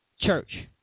church